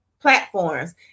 platforms